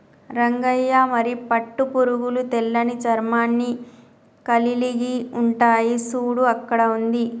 రంగయ్య మరి పట్టు పురుగులు తెల్లని చర్మాన్ని కలిలిగి ఉంటాయి సూడు అక్కడ ఉంది